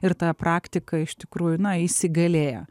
ir ta praktika iš tikrųjų na įsigalėja